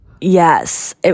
yes